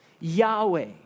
Yahweh